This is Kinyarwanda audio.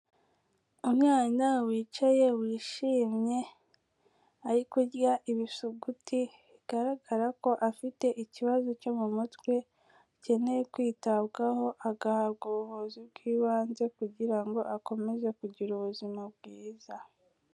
Umwana wicaye wishimye, ari kurya ibisuguti bigaragara ko afite ikibazo cyo mu mutwe, akeneye kwitabwaho agahabwa ubuvuzi bw'ibanze kugira ngo akomeze kugira ubuzima bwiza.